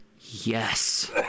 yes